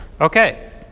Okay